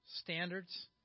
standards